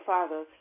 Father